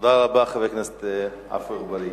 תודה רבה, חבר הכנסת עפו אגבאריה.